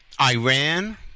Iran